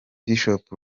bishop